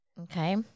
Okay